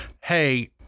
hey